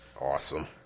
Awesome